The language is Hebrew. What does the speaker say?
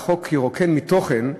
החוק ירוקן מתוכן,